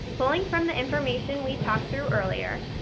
pulling from the information we talked through earlier,